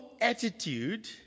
attitude